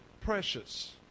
precious